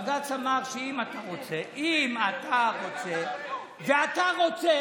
אמר שאם אתה רוצה את זה,